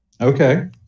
Okay